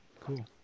Cool